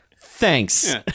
Thanks